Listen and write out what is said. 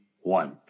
one